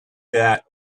that